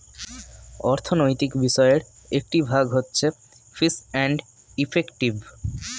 অর্থনৈতিক বিষয়ের একটি ভাগ হচ্ছে ফিস এন্ড ইফেক্টিভ